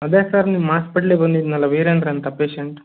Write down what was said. ಅದೇ ಸರ್ ನಿಮ್ಮ ಆಸ್ಪೆಟ್ಲಿಗೆ ಬಂದಿದ್ದೆನಲ್ಲ ವೀರೇಂದ್ರ ಅಂತ ಪೇಶಂಟ್